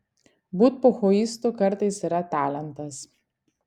būt pochuistu kartais yra talentas